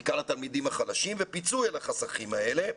בעיקר לתלמידים החלשים ופיצוי על החסכים האלה,